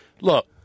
Look